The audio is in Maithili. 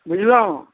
बुझलहुँ